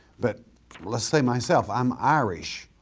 but let's say myself, i'm irish,